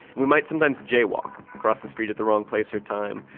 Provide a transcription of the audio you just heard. we might sometimes jaywalk, cross the street at the wrong place or time.